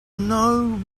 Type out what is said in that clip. know